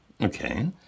Okay